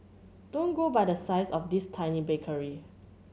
don't go by the size of this tiny bakery